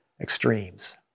extremes